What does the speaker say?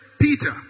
Peter